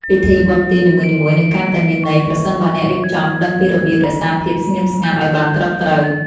ពិធីបុណ្យទាននីមួយៗនឹងកាន់តែមានន័យប្រសិនបើអ្នករៀបចំដឹងពីរបៀបរក្សាភាពស្ងៀមស្ងាត់ឱ្យបានត្រឹមត្រូវ។